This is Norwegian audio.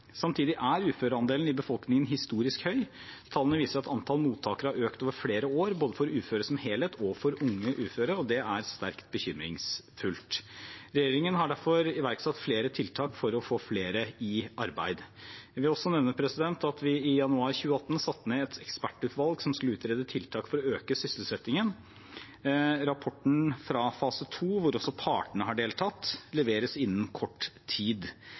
Samtidig er uføreandelen i befolkning historisk høy. Tallene viser at antall mottakere har økt over flere år, både uføre som helhet og unge uføre. Dette er svært bekymringsfullt. Regjeringen har derfor iverksatt flere tiltak for få flere i arbeid. Jeg vil også nevne at vi i januar 2018 satte ned et ekspertutvalg som skal utrede tiltak for å øke sysselsettingen. Rapporten fra fase 2, hvor også partene har deltatt, leveres innen kort tid.